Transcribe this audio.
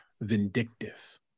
vindictive